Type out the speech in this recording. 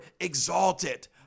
exalted